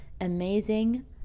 amazing